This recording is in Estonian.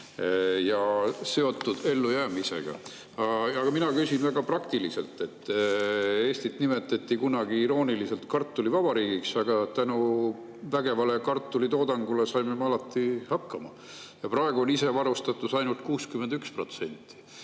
ja seotud ellujäämisega. Mina küsin väga praktilise [küsimuse]. Eestit nimetati kunagi irooniliselt kartulivabariigiks. Tänu vägevale kartulitoodangule saime me alati hakkama. Praegu on isevarustatus ainult 61%.